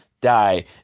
die